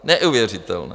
Neuvěřitelné!